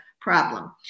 problem